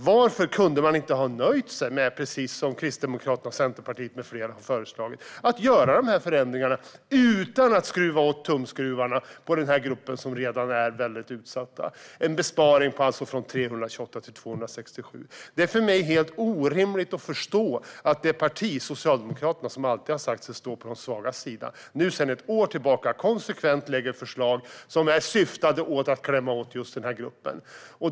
Varför kunde man inte ha nöjt sig, Mikael Dahlqvist, precis som Kristdemokraterna, Centerpartiet med flera har föreslagit, med att göra förändringarna utan att skruva åt tumskruvarna på den redan utsatta gruppen? Det är alltså fråga om en besparing från 328 till 267 miljoner kronor. Det är för mig helt orimligt att förstå att det parti, Socialdemokraterna, som alltid har sagt sig stå på de svagas sida, sedan ett år tillbaka konsekvent lägger fram förslag som syftar till att klämma åt just den gruppen.